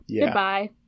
Goodbye